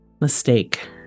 mistake